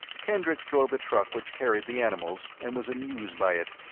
kendricks drove the truck which carried the animals, and was amused by it.